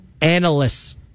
analysts